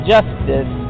Justice